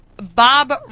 Bob